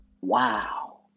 wow